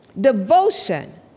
Devotion